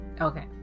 Okay